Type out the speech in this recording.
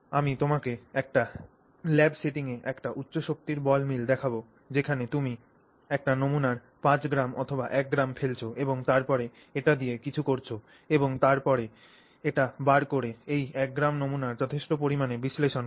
আমি তোমাকে একটি ল্যাব সেটিংয়ে একটি উচ্চ শক্তির বল মিল দেখাব যেখানে তুমি একটি নমুনার 5 গ্রাম অথবা 1 গ্রাম ফেলছ এবং তারপরে এটি দিয়ে কিছু করছ এবং তারপরে এটি বার করে এই 1 গ্রাম নমুনার যথেষ্ট পরিমাণে বিশ্লেষণ কর